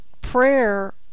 prayer